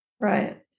right